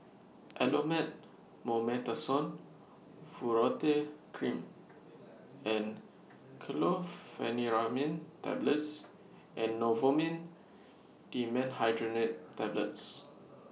Elomet Mometasone Furoate Cream and Chlorpheniramine Tablets and Novomin Dimenhydrinate Tablets